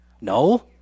No